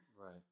right